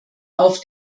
auf